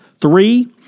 Three